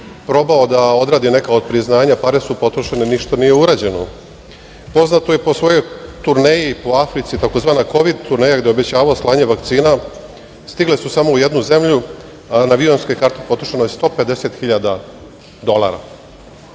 probao da odradi neka od priznanja, pare su potrošene, ništa nije urađeno. Poznat je i po svojoj turneji po Africi, tzv. kovid turneja gde je obećavao slanje vakcina, stigle su samo u jednu zemlju, a na avionske karte potrošeno je 150 hiljada